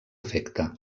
efecte